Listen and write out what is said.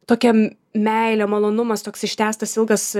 tokia meilė malonumas toks ištęstas ilgas